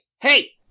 Hey